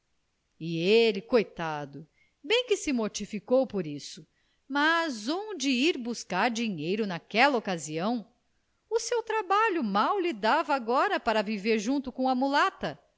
e ele coitado bem que se mortificou por isso mas onde ia buscar dinheiro naquela ocasião o seu trabalho mal lhe dava agora para viver junto com a mulata